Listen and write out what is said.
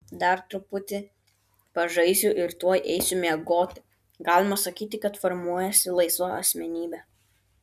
dar truputį pažaisiu ir tuoj eisiu miegoti galima sakyti kad formuojasi laisva asmenybė